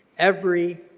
every